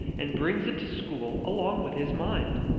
and brings it to school along with his mind.